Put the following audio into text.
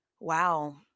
Wow